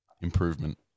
improvement